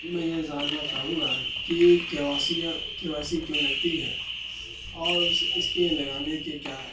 میں یہ جاننا چاہوں گا کہ کے وا سی یا کیوں لگتی ہے اور اس کے لگانے کے کیا